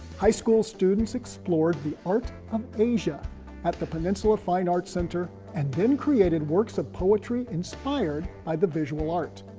high school students explored the art of asia at the peninsula fine arts center and then created works of poetry inspired by the visual art.